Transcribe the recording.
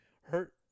hurt